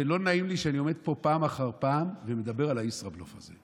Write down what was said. לא נעים לי שאני עומד פה פעם אחר פעם ומדבר על הישראבלוף הזה,